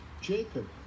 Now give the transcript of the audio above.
Jacob